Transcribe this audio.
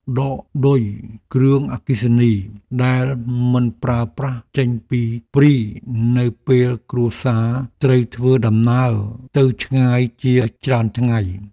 ដកឌុយគ្រឿងអគ្គិភ័យដែលមិនប្រើប្រាស់ចេញពីព្រីនៅពេលគ្រួសារត្រូវធ្វើដំណើរទៅឆ្ងាយជាច្រើនថ្ងៃ។